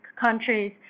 countries